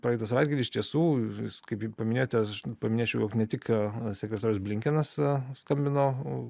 praeitą savaitgalį iš tiesų jūs kaip ir paminėjote paminėčiau jog ne tik sekretorius blinkenas skambino